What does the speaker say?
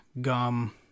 gum